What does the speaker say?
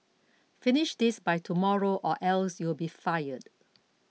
finish this by tomorrow or else you'll be fired